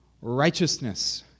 righteousness